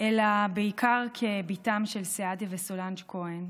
אלא בעיקר כבתם של סעדיה וסולנג' כהן,